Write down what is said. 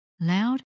loud